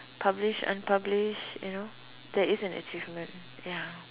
published unpublished you know there is an achievement ya